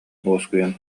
уоскуйан